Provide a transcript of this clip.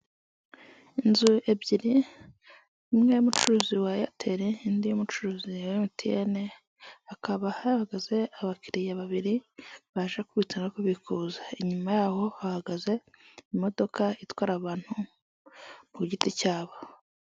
Inzu ebyiri imwe y'umucuruzi wa airtel indi umucuruzi wa MTN hakaba hahagaze abakiriya babiri baje kubitsa no kubikuza. Inyuma yaho hahagaze imodoka itwara abantu ku giti cyabo.